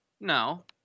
No